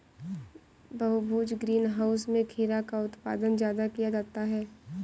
बहुभुज greenhouse में खीरा का उत्पादन ज्यादा किया जाता है